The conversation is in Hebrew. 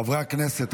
חברי הכנסת,